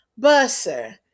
busser